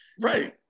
Right